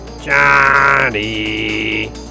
Johnny